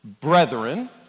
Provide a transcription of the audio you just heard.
brethren